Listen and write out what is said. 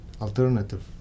alternative